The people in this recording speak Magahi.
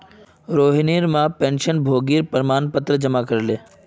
रोहिणीर मां पेंशनभोगीर जीवन प्रमाण पत्र जमा करले